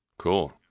Cool